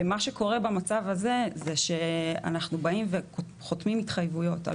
מה שקורה במצב הזה זה שאנחנו באים וחותמים התחייבויות על